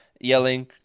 yelling